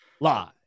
live